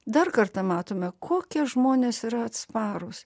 dar kartą matome kokie žmonės yra atsparūs